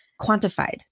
quantified